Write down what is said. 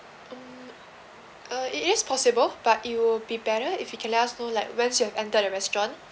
mm uh it is possible but it'll be better if you can last no like once you have entered the restaurant